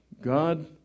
God